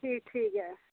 ठीक ठीक ऐ